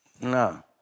No